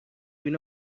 بینه